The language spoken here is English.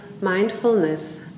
mindfulness